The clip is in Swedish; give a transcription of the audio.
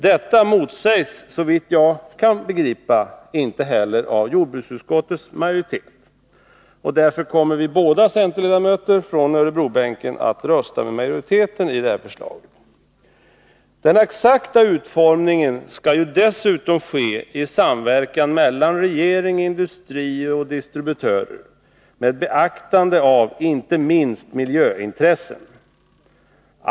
Detta motsägs, såvitt jag kan begripa, inte heller av jordbruksutskottets majoritet. Därför kommer vi båda centerledamöter från Örebrobänken att rösta med majoriteten i denna fråga. Den exakta utformningen skall ju dessutom bestämmas i samverkan mellan regering, industrier och distributörer, med beaktande av inte minst miljöintressen.